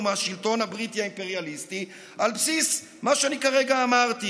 מהשלטון הבריטי האימפריאליסטי על בסיס מה שאני כרגע אמרתי